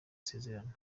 isezerano